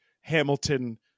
Hamilton